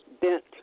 bent